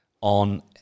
on